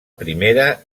primera